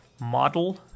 model